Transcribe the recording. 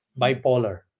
bipolar